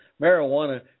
marijuana